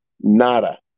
nada